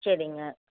சரிங்க